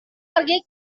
pergi